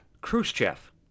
Khrushchev